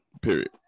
Period